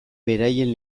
beraien